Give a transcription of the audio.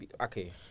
okay